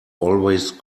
always